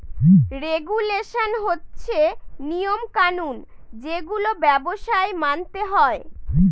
regulation হচ্ছে নিয়ম কানুন যেগুলো ব্যবসায় মানতে হয়